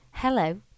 Hello